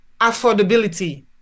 Affordability